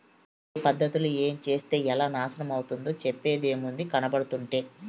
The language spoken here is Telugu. ఏ పద్ధతిలో ఏంచేత్తే ఎలా నాశనమైతందో చెప్పేదేముంది, కనబడుతంటే